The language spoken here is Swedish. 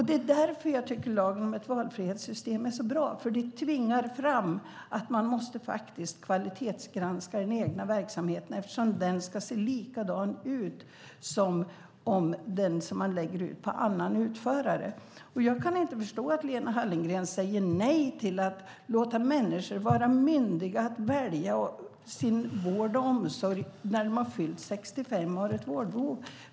Det är därför jag tycker att lagen om valfrihetssystem är så bra, för den tvingar fram kvalitetsgranskning av den egna verksamheten eftersom den ska se likadan ut som den man lägger ut på annan utförare. Jag kan inte förstå att Lena Hallengren säger nej till att låta människor vara myndiga att välja sin vård och omsorg när de har fyllt 65 och har ett vårdbehov.